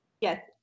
yes